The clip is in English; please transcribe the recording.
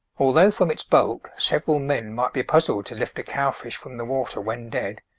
although from its bulk several men might be puzzled to lift a cow-fish from the water when dead,